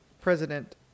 president